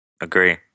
Agree